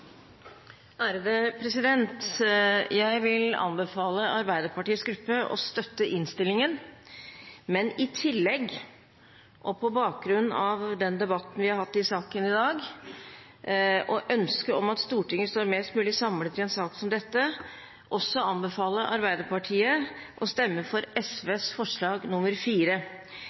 Jeg vil anbefale Arbeiderpartiets gruppe å støtte innstillingen, men i tillegg – på bakgrunn av den debatten vi har hatt i saken i dag, og ønsket om at Stortinget står mest mulig samlet i en sak som dette – også anbefale Arbeiderpartiet å stemme for SVs forslag